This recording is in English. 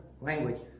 language